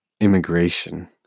immigration